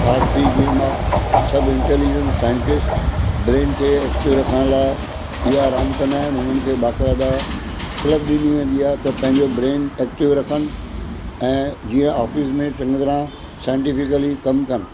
cards जी game आहे सभु इंटेलिजंट साइंटिस्ट ब्रेन खे एक्टिव रखण लाइ इहा रांदि कंदा आहिनि उन्हनि खे बाक़ाइदा क्लब ॾिनी वेंदी आहे त पंहिंजो ब्रेन एक्टिव रखनि ऐं जीअं ऑफिस में चङी तरह साइंटिफिकली कमु कनि